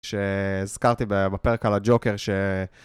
שהזכרתי בפרק על הג'וקר ש...